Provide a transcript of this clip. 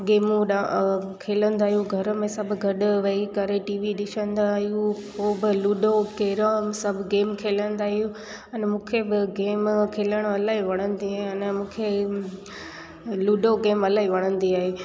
गेमूं खेलंदा आहियूं घर में सभु घड वेही करे टीवी ॾिसंदा आहियूं पोइ ब लूडो केरम सभु गेम खेलंदा आहियूं अन मूंखे ब गेम खेलण इलाही वणंदी आहिनि मूंखे लूडो गेम इलाही वणंदी आहे